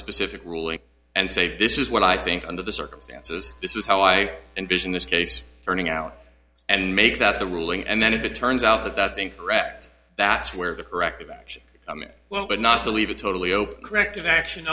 specific ruling and say this is what i think under the circumstances this is how i envision this case turning out and make that the ruling and then if it turns out that that's incorrect that's where the corrective action well but not to leave it totally open corrective action